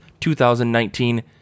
2019